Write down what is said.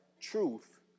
Truth